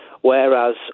whereas